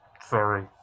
sorry